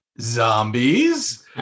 Zombies